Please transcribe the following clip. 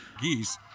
Geese